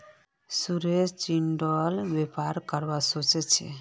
सुरेश चिचिण्डार व्यापार करवा सोच छ